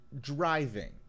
driving